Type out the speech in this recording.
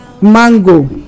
mango